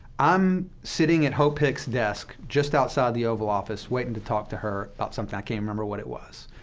i'm sitting at hope hicks' desk, just outside the oval office, waiting to talk to her about something. i can't even remember what it was.